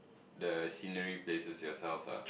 the scenery places yourselves ah